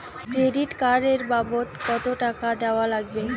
Credit card এর বাবদ কতো টাকা দেওয়া লাগবে?